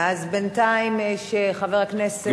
בינתיים שחבר הכנסת,